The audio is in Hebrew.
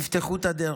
תפתחו את הדרך.